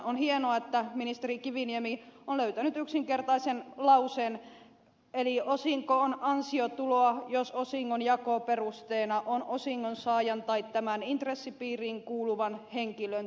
on hienoa että ministeri kiviniemi on löytänyt yksinkertaisen lauseen eli osinko on ansiotuloa jos osingon jakoperusteena on osingonsaajan tai tämän intressipiiriin kuuluvan henkilön työpanos